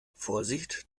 vorsicht